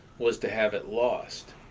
was to have it lost